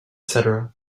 cetera